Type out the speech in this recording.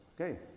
Okay